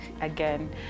again